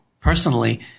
Personally